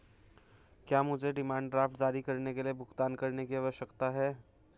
क्या मुझे demand draft जारी करने के लिए भुगतान करने की आवश्यकता है?